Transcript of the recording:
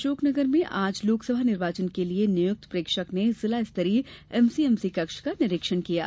अशोकनागर में आज लोक सभा निर्वाचन के लिये नियुक्त प्रेक्षक ने जिला स्तरीय एमसीएमसीकक्ष का निरीक्षण किया गया